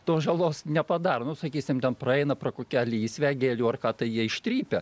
tos žalos nepadaro nu sakysim ten praeina pro kokią lysvę gėlių ar ką tai jie ištrypia